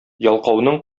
ялкауның